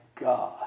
God